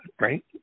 right